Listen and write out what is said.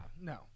No